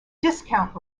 discount